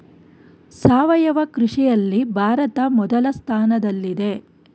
ಸಾವಯವ ಕೃಷಿಯಲ್ಲಿ ಭಾರತ ಮೊದಲ ಸ್ಥಾನದಲ್ಲಿದೆ